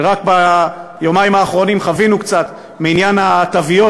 רק ביומיים האחרונים חווינו קצת מעניין התוויות